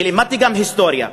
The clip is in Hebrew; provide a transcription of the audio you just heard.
ולימדתי גם היסטוריה: